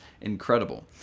incredible